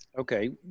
Okay